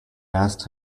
asked